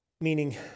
meaning